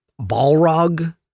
Balrog